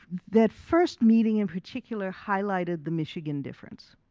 that first meeting in particular highlighted the michigan difference.